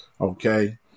okay